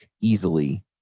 easily